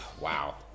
Wow